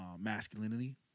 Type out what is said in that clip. masculinity